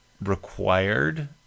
required